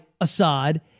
Assad